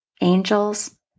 angels